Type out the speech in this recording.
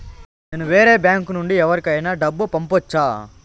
నేను వేరే బ్యాంకు నుండి ఎవరికైనా డబ్బు పంపొచ్చా?